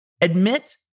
admit